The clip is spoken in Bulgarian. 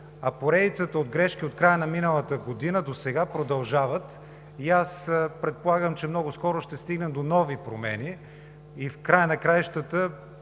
а поредицата от грешки от края на миналата година досега продължават и аз предполагам, че много скоро ще стигнем до нови промени. В края на краищата